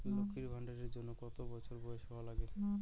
লক্ষী ভান্ডার এর জন্যে কতো বছর বয়স হওয়া লাগে?